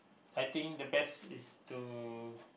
I think the best is to